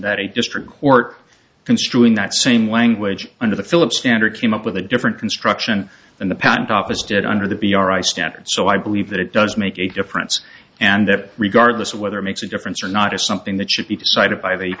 that a district court construing that same language under the phillips standard came up with a different construction than the patent office did under the b r i standards so i believe that it does make a difference and that regardless of whether makes a difference or not is something that should be decided by the